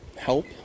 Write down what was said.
help